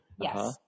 yes